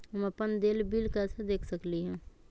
हम अपन देल बिल कैसे देख सकली ह?